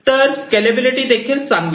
तर स्केलेबिलिटी देखील अधिक चांगली आहे